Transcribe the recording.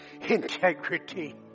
integrity